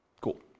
Cool